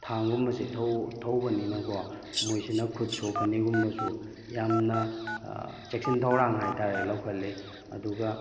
ꯊꯥꯡꯒꯨꯝꯕꯁꯦ ꯊꯧꯕꯅꯤꯅꯀꯣ ꯃꯣꯏꯁꯤꯅ ꯈꯨꯠ ꯁꯣꯛꯀꯅꯤꯒꯨꯝꯕꯁꯨ ꯌꯥꯝꯅ ꯆꯦꯛꯁꯤꯟ ꯊꯧꯔꯥꯡ ꯍꯥꯏ ꯇꯥꯔꯦ ꯂꯧꯈꯠꯂꯤ ꯑꯗꯨꯒ